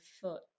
foot